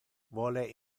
vole